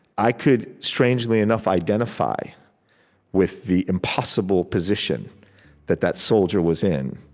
i could, strangely enough, identify with the impossible position that that soldier was in.